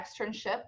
externship